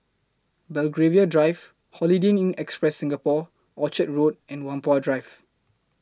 Belgravia Drive Holiday Inn Express Singapore Orchard Road and Whampoa Drive